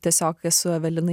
tiesiog esu evelinai